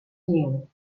niu